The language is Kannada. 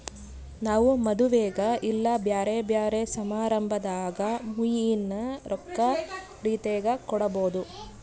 ನಾವು ಮದುವೆಗ ಇಲ್ಲ ಬ್ಯೆರೆ ಬ್ಯೆರೆ ಸಮಾರಂಭದಾಗ ಮುಯ್ಯಿನ ರೊಕ್ಕ ರೀತೆಗ ಕೊಡಬೊದು